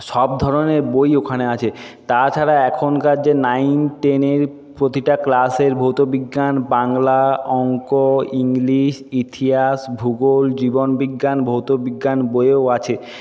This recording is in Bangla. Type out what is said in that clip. সব ধরনের বই ওখানে আছে তাছাড়া এখনকার যে নাইন টেনের প্রতিটা ক্লাসের ভৌতবিজ্ঞান বাংলা অংক ইংলিশ ইতিহাস ভূগোল জীবনবিজ্ঞান ভৌতবিজ্ঞান বইও আছে